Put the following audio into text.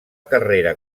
carrera